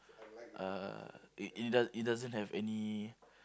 ah it it doe~ it doesn't have any